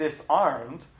disarmed